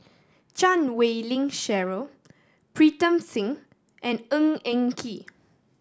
Chan Wei Ling Cheryl Pritam Singh and Ng Eng Kee